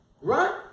Right